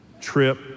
trip